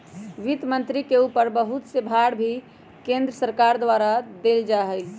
वित्त मन्त्री के ऊपर बहुत से भार भी केन्द्र सरकार के द्वारा देल जा हई